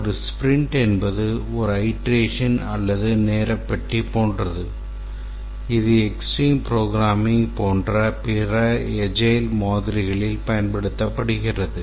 ஒரு ஸ்பிரிண்ட் என்பது ஒரு அயிட்ரேஷன் அல்லது நேர பெட்டி போன்றது இது extreme programming போன்ற பிற எஜைல் மாதிரிகளில் பயன்படுத்தப்படுகிறது